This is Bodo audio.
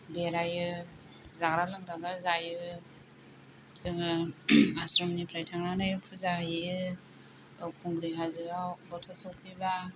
बेरायो जाग्रा लोंग्राखौ जायो जोङो आस्रमनिफ्राय थांनानै फुजा होयो बावखुंग्रि हाजोआव बोथोर सफैबा